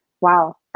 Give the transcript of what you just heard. Wow